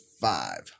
five